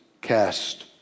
cast